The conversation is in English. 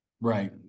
right